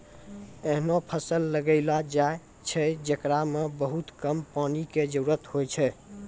ऐहनो फसल लगैलो जाय छै, जेकरा मॅ बहुत कम पानी के जरूरत होय छै